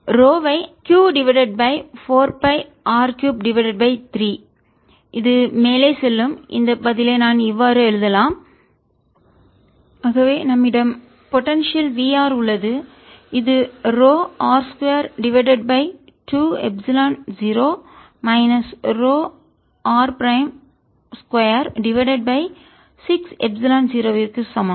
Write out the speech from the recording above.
rRVrrRrρdr00rr2ρdr0rR220 r260 ரோவை Q divided by 4 பைR 3 divided by 3 இது மேலே செல்லும் இந்த பதிலை நான் இவ்வாறு எழுதலாம் ஆகவே நம்மிடம் போடன்சியல் Vr உள்ளது இது ρ R 2 divided by 2 epsilon 0 minus ρ r prime 2 divided by 6 epsilon 0 க்கு விற்கு சமம்